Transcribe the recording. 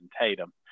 Tatum